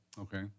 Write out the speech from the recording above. Okay